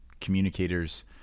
communicators